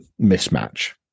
mismatch